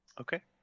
Okay